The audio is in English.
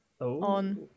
on